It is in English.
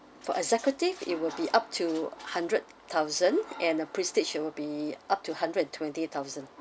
for executive it will be up to hundred thousand and a prestige it will be up to hundred and twenty thousand